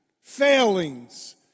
failings